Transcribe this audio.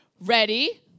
ready